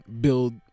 Build